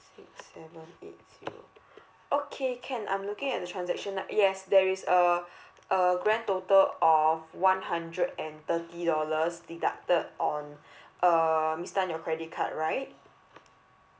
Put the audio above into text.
six seven eight zero okay can I'm looking at the transaction yes there is uh uh grand total of one hundred and thirty dollars deducted on uh miss tan your credit card right